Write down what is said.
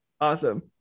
Awesome